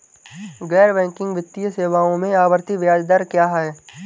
गैर बैंकिंग वित्तीय सेवाओं में आवर्ती ब्याज दर क्या है?